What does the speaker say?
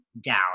down